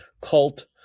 cult